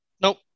Nope